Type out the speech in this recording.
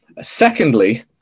Secondly